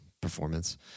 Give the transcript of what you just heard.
performance